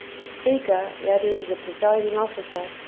the speaker, that is, the presiding officer,